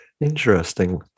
interesting